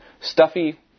stuffy